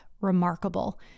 remarkable